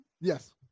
Yes